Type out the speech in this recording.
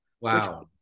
wow